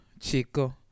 chico